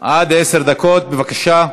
עד עשר דקות, בבקשה.